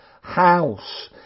house